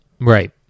Right